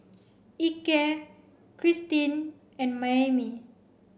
Ike Kristine and Maymie